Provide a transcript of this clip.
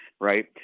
Right